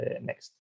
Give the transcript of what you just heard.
next